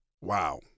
Wow